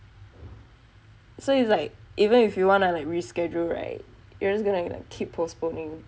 so you like even if you wanna like reschedule right you are just gonna keep postponing